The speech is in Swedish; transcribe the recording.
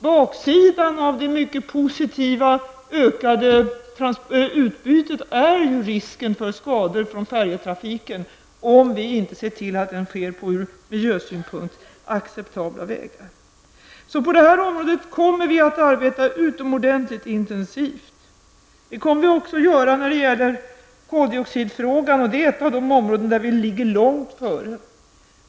Baksidan av det mycket positiva ökade utbytet är risken för skador från färjetrafiken, om vi inte ser till att den sker på ett ur miljösynpunkt acceptabelt sätt. Vi kommer att arbeta mycket intensivt på detta område. Vi kommer också att arbeta mycket intensivt när det gäller koldioxidfrågan. Det är ett av de områden där vi ligger långt före.